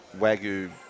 wagyu